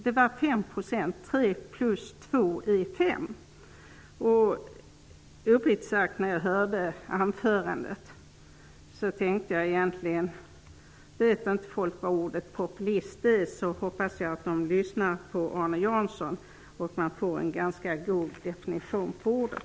Det är ju fråga om 5 %; 3 plus 2 är 5. När jag hörde hans anförande tänkte jag, uppriktigt sagt: Om människor inte vet vad ordet populist är, hoppas jag att de lyssnar på Arne Jansson -- då får de en ganska god definition av ordet.